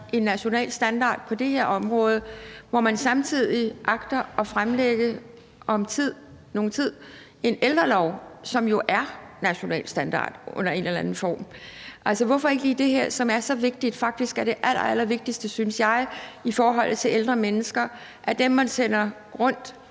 en national standard på det her område, hvor man samtidig agter om nogen tid at fremlægge en ældrelov, som jo er en national standard i en eller anden form. Altså, hvorfor gør man det ikke i det her, som er så vigtigt – faktisk det allerallervigtigste, synes jeg – i forholdet til ældre mennesker, nemlig at sproget